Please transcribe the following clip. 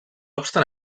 obstant